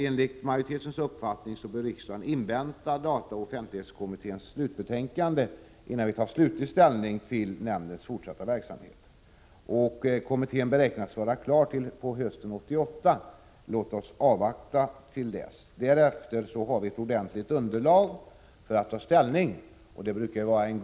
Enligt majoritetens uppfattning bör riksdagen invänta dataoch offentlighetskommitténs slutbetänkande innan definitiv ställning tas till nämndens fortsatta verksamhet. Kommittén beräknas vara klar med sitt arbete till hösten 1988. Låt oss avvakta till dess. Då kommer vi att ha ett ordentligt underlag för att ta ställning. Fru talman!